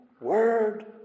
Word